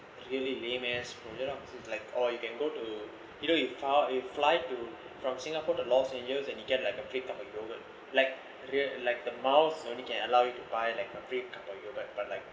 really lame ass as long as you like or you can go to you know you found a fly to from singapore to los angeles and you get like a free cup of yogurt like real like the miles only can allow you to buy like a free cup of yogurt but like